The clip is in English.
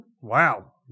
Wow